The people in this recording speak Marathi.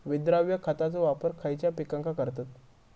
विद्राव्य खताचो वापर खयच्या पिकांका करतत?